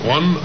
One